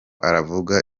aravuga